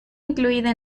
incluida